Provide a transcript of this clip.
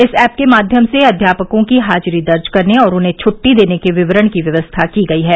इस ऐप के माध्यम से अध्यापकों की हाजिरी दर्ज करने और उन्हें छुट्टी देने के विवरण की व्यवस्था की गई है